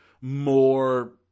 more